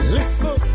Listen